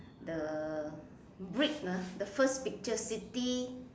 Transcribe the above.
the brick ah the first picture city